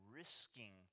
risking